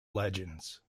legends